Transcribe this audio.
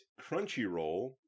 Crunchyroll